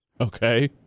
Okay